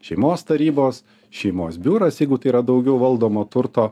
šeimos tarybos šeimos biuras jeigu tai yra daugiau valdomo turto